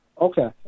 okay